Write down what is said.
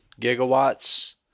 gigawatts